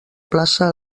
plaça